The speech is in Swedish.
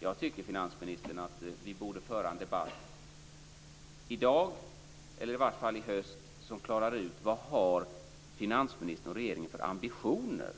Jag tycker, finansministern, att vi borde föra en debatt i dag eller i vart fall i höst som klarar ut vad finansministern och regeringen har för ambitioner.